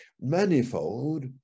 manifold